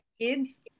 kids